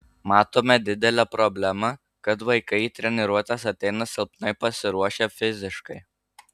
matome didelę problemą kad vaikai į treniruotes ateina silpnai pasiruošę fiziškai